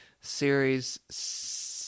series